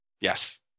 Yes